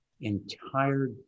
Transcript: entire